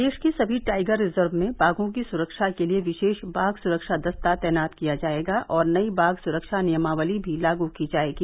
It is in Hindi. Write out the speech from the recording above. प्रदेश के सभी टाइगर रिजर्व में बाघों की सुरक्षा के लिए विशेष बाघ सुरक्षा दस्ता तैनात किया जाएगा और नई बाघ सुरक्षा नियमावली भी लागू की जाएगी